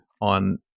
on